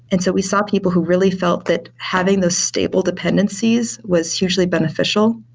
and so we saw people who really felt that having those stable dependencies was hugely beneficial.